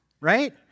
right